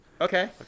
Okay